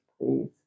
please